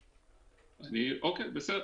אוקיי, בסדר.